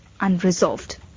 unresolved